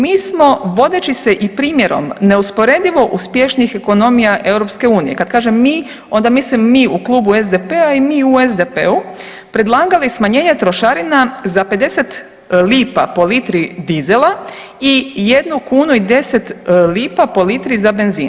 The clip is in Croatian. Mi smo vodeći se i primjerom neusporedivo uspješnijih ekonomija EU, kad kažem mi onda mislim mi u Klubu SDP-a i mi u SDP-u predlagali smanjenje trošarina za 50 lipa po litri disela i jednu kunu i 10 lipa po litri za benzin.